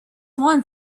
one